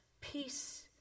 peace